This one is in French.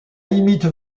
limite